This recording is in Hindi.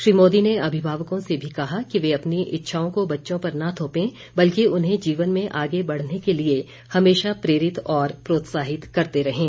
श्री मोदी ने अभिभावकों से भी कहा कि वे अपनी इच्छाओं को बच्चों पर न थोपें बल्कि उन्हें जीवन में आगे बढ़ने के लिए हमेशा प्रेरित और प्रोत्साहित करते रहें